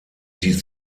die